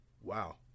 wow